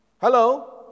Hello